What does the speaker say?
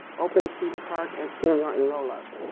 open cedar park as kindergarten rollup.